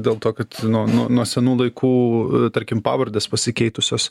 dėl to kad nuo nuo senų laikų tarkim pavardės pasikeitusios